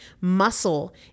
Muscle